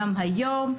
גם היום.